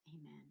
Amen